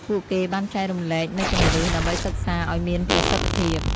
ពួកគេបានចែករំលែកនូវគន្លឹះ ដើម្បីសិក្សាឱ្យមានប្រសិទ្ធភាព។